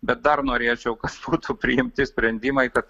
bet dar norėčiau kad būtų su priimti sprendimai kad